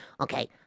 Okay